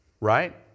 Right